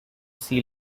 sea